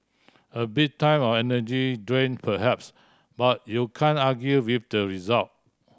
a bit time and energy drain perhaps but you can't argue with the result